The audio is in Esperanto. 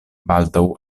baldaŭ